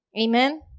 Amen